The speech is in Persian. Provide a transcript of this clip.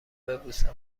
ببوسمت